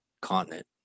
continent